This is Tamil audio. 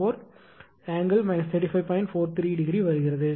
43 ° வருகிறது